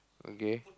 okay